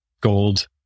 gold